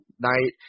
night